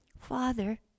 Father